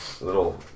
Little